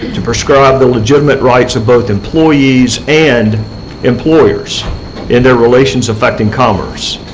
to prescribe the legitimate rights of both employees and employers in their relations affecting commerce,